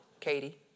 Katie